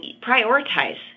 prioritize